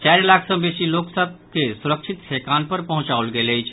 चारि लाख सँ बेसी लोक सभ के सुरक्षित ठेकान पर पहुंचाओल गेल अछि